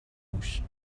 موش